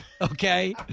Okay